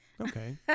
Okay